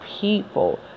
people